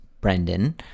Brendan